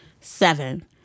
Seven